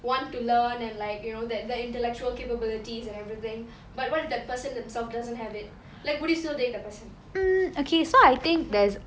want to learn and like you know that the intellectual capabilities and everything but what if that person himself doesn't have it like would you still date the person